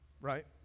right